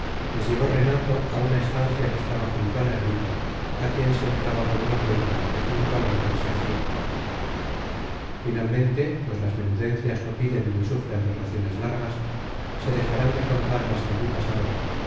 les llevó renato á una es tancia que estaba junto a la ermita á quien se entraba por una puerta que junto al altar se hacia finalmente pues las menudencias no piden ni sufren relaciones largas se dejarán de contar las que allí pasaron